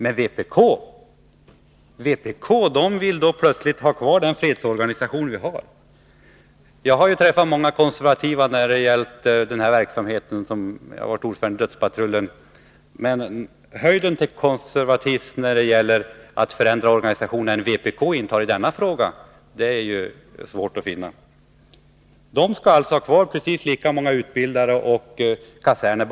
Men vpk vill plötsligt ha kvar den nuvarande fredsorganisationen! Jag har träffat många som har en konservativ uppfattning när det gäller den verksamhet som utreddes av den s.k. dödspatrullen. Men en mera uttalad konservatism när det gäller att förändra organisationen än den som vpk ger uttryck för är det svårt att finna. Vpk vill alltså att antalet utbildade och antalet kaserner skall precis motsvara varandra i fortsättningen.